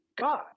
God